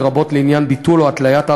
לרבות לעניין ביטול או התליית ההרשאות,